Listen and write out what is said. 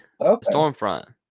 Stormfront